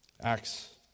Acts